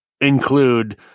include